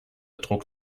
druck